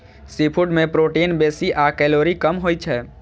seafood मे protein बेसी आ कैलोरी कम होइ छै